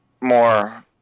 more